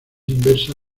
inversa